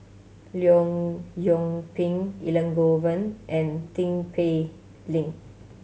Leong Yoon Pin Elangovan and Tin Pei Ling